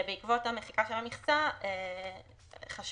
ההגדרות "טיסה ציבורית" ו-"עולה" יימחקו.